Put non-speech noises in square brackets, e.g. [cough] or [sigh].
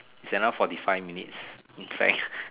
it's another forty five minutes okay [noise]